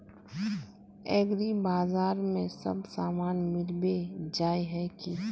एग्रीबाजार में सब सामान मिलबे जाय है की?